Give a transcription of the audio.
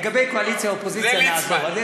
לגבי קואליציה אופוזיציה, נעזוב.